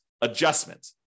adjustment